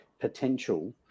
potential